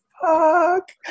Fuck